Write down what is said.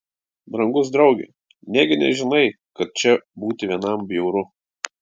brangus drauge negi nežinai kad čia būti vienam bjauru